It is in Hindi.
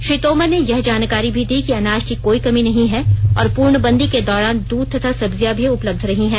श्री तोमर ने यह जानकारी भी दी कि अनाज की कोई कमी नहीं है और पूर्णबंदी के दौरान दूध तथा सब्जियां भी उपलब्ध रही हैं